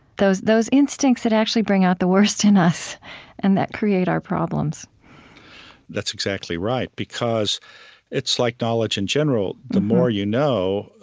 those those instincts that actually bring out the worst in us and that create our problems that's exactly right, because it's like knowledge in general. the more you know,